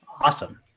Awesome